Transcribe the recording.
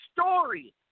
story